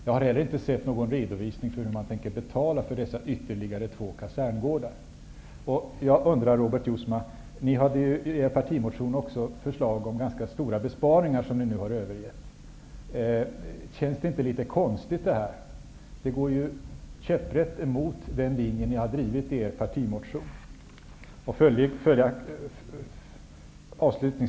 Jag har inte heller sett någon redovisning för hur man tänker betala för dessa ytterligare två kaserngårdar. Nydemokraterna har i sin partimotion också förslag om ganska stora besparingar, förslag som de nu har övergivit. Jag vill fråga Robert Jousma: Känns det inte litet konstigt? Ni går ju nu käpprätt emot den linje som ni har drivit i er partimotion.